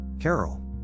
Carol